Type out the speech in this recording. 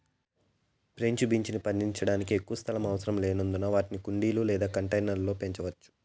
French beans పండించడానికి ఎక్కువ స్థలం అవసరం లేనందున వాటిని కుండీలు లేదా కంటైనర్ల లో పెంచవచ్చు